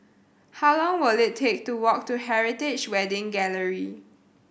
how long will it take to walk to Heritage Wedding Gallery